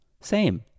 Same